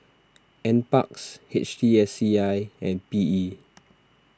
NParks H T S C I and P E